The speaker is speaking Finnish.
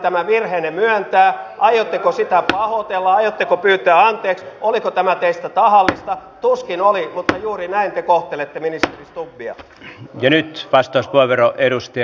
ensimmäinen asia on se että he pääsevät harjoittelupaikkoihin elikkä tutustuvat työelämään ihan vastaavalla tavalla miten suomessa eri oppilaitosten opiskelijatkin harjoittelevat ja sitä kautta tutustuvat työelämään